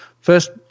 first